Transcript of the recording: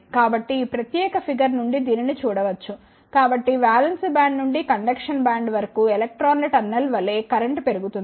కాబట్టి ఈ ప్రత్యేక ఫిగర్ నుండి దీనిని చూడ వచ్చు కాబట్టి వాలెన్స్ బ్యాండ్ నుండి కండక్షన్ బ్యాండ్ వరకు ఎలక్ట్రాన్ల టన్నెల్ వలె కరెంట్ పెరుగుతుంది